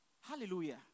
Hallelujah